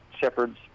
Shepherds